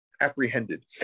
apprehended